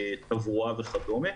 תברואה וכדומה.